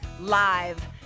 Live